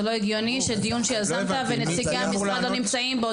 זה לא הגיוני שדיון שיזמת ונציגי המשרד לא נמצאים בו,